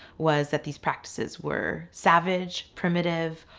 was that these practices were savage, primitive,